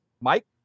Mike